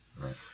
right